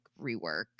rework